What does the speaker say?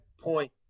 point